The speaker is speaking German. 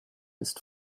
ist